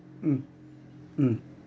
mm mm